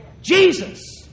Jesus